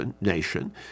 nation